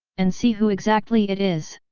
and see who exactly it is!